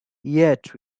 yet